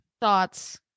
thoughts